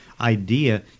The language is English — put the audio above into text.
idea